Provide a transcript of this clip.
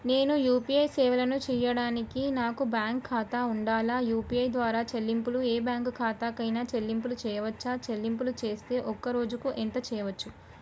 నేను యూ.పీ.ఐ సేవలను చేయడానికి నాకు బ్యాంక్ ఖాతా ఉండాలా? యూ.పీ.ఐ ద్వారా చెల్లింపులు ఏ బ్యాంక్ ఖాతా కైనా చెల్లింపులు చేయవచ్చా? చెల్లింపులు చేస్తే ఒక్క రోజుకు ఎంత చేయవచ్చు?